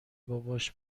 باباش